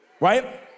right